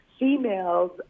Females